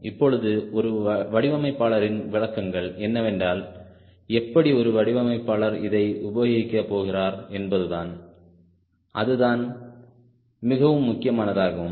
இப்பொழுது ஒரு வடிவமைப்பாளரின் விளக்கங்கள் என்னவென்றால் எப்படி ஒரு வடிவமைப்பாளர் இதை உபயோகிக்க போகிறார் என்பதுதான் அதுதான் மிகவும் முக்கியமானதாகும்